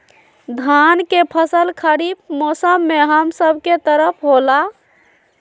धान के फसल खरीफ मौसम में हम सब के तरफ होला